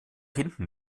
hinten